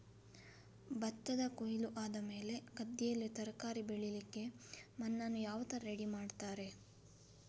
ಭತ್ತದ ಕೊಯ್ಲು ಆದಮೇಲೆ ಗದ್ದೆಯಲ್ಲಿ ತರಕಾರಿ ಬೆಳಿಲಿಕ್ಕೆ ಮಣ್ಣನ್ನು ಯಾವ ತರ ರೆಡಿ ಮಾಡ್ತಾರೆ?